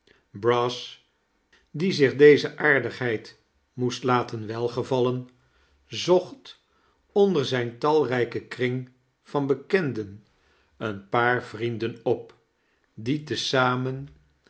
brass die zich deze aardigheid moest laten welgevallen zocht onder zijn talrijken kring van bekenden een paar vrienden op die te zamen